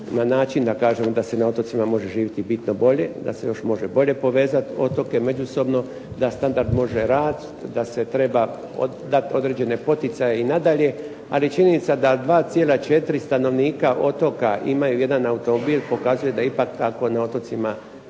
na način da kažem da se na otocima može živjeti i bitno bolje, da se još može bolje povezati otoke međusobno, da standard može rasti, da se treba dati određene poticaje i nadalje, ali činjenica da 2,4 stanovnika otoka imaju jedan automobil, pokazuje da ipak na otocima nije